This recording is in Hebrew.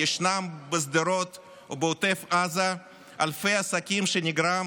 ישנם בשדרות ובעוטף עזה אלפי עסקים שנגרם